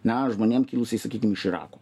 na žmonėm kilusiais sakykim iš irako